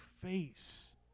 face